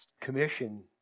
commission